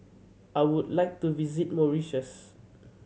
I would like to visit Mauritius